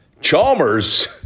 Chalmers